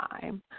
time